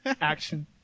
Action